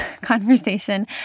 conversation